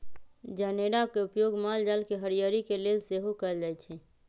जनेरा के उपयोग माल जाल के हरियरी के लेल सेहो कएल जाइ छइ